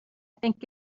think